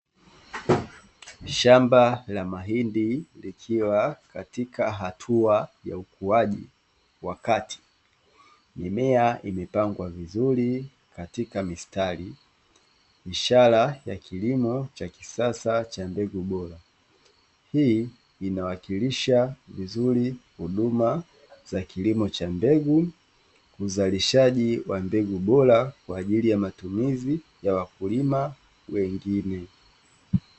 Shamba la mahindi likiwa katika hatua ya ukuaji wakati mimea imepangwa vizuri katika mistari ishara ya kilimo cha kisasa cha mbegu bora. Hii inawakilisha vizuri huduma za kilimo cha mbegu, uzalishaji wa mbegu bora kwa ajili ya matumizi ya wakulima wengine.